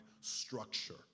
structure